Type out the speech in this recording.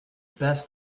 best